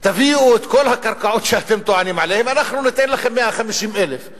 תביאו את כל הקרקעות שאתם טוענים עליהן ואנחנו ניתן לכם 150,000 דונם.